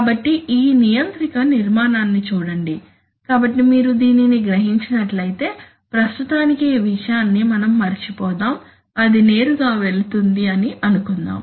కాబట్టి ఈ నియంత్రిక నిర్మాణాన్ని చూడండి కాబట్టి మీరు దీనిని గ్రహించినట్లయితే ప్రస్తుతానికి ఈ విషయాన్ని మనం మరచిపోదాం అది నేరుగా వెళుతుంది అని అనుకుందాం